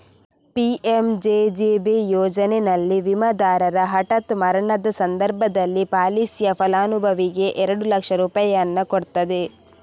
PMJJB ಯೋಜನೆನಲ್ಲಿ ವಿಮಾದಾರರ ಹಠಾತ್ ಮರಣದ ಸಂದರ್ಭದಲ್ಲಿ ಪಾಲಿಸಿಯ ಫಲಾನುಭವಿಗೆ ಎರಡು ಲಕ್ಷ ರೂಪಾಯಿಯನ್ನ ಕೊಡ್ತದೆ